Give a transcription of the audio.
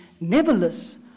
Nevertheless